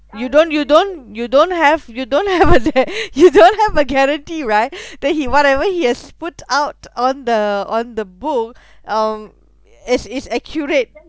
you don't you don't you don't have you don't have you don't a guarantee right that he whatever he has put out on the on the book um is is accurate